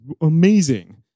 amazing